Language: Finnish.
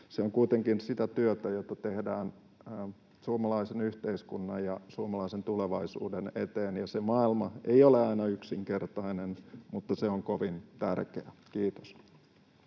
Se on kuitenkin sitä työtä, jota tehdään suomalaisen yhteiskunnan ja suomalaisen tulevaisuuden eteen, ja se maailma ei ole aina yksinkertainen, mutta se on kovin tärkeä. — Kiitos.